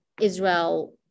Israel